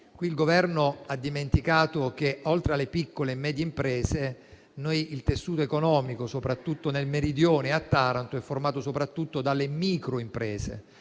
PMI. Il Governo ha dimenticato che oltre alle piccole e medie imprese, il tessuto economico soprattutto nel Meridione e a Taranto è formato soprattutto dalle microimprese.